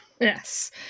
Yes